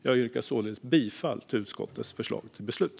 Jag yrkar således bifall till utskottets förslag till beslut.